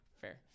Fair